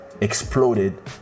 exploded